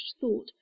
thought